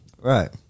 Right